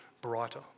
brighter